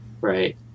Right